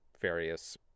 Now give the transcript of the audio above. various